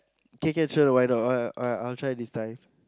okay K chill why not why not I I will try this time